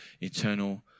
eternal